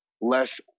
less